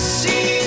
see